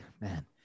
man